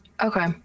Okay